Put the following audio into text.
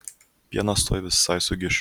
pienas tuoj visai sugiš